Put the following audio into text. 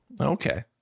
Okay